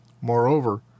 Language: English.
Moreover